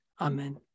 Amen